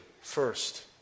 first